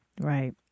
Right